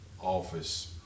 office